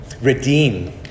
Redeem